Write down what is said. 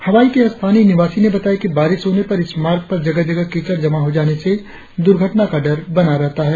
हवाई के एक स्थानीय निवासी ने बताया कि बारिस होने पर इस मार्ग पर जगह कीचड़ जमा हो जाने से दुर्घटना भर बना रहता है